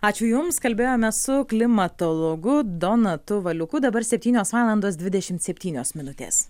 ačiū jums kalbėjome su klimatologu donatu valiuku dabar septynios valandos dvidešimt septynios minutės